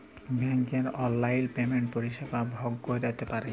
ব্যাংকের অললাইল পেমেল্টের পরিষেবা ভগ ক্যইরতে পারি